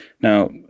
Now